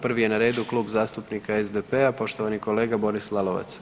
Prvi je na redu Klub zastupnika SDP-a, poštovani kolega Boris Lalovac.